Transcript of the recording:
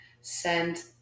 send